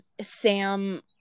sam